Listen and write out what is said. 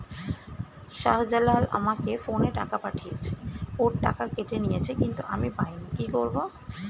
শাহ্জালাল আমাকে ফোনে টাকা পাঠিয়েছে, ওর টাকা কেটে নিয়েছে কিন্তু আমি পাইনি, কি করব?